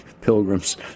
pilgrims